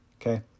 okay